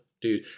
dude